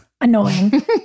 Annoying